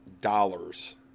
dollars